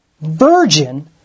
virgin